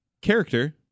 character